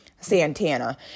Santana